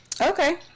Okay